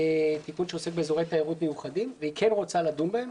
תיקון שעוסק באזורי תיירות מיוחדים והיא כן רוצה לדון בהם.